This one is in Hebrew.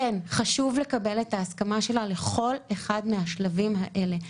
כן חשוב לקבל את ההסכמה שלה לכל אחד מהשלבים האלה.